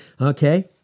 Okay